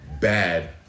...bad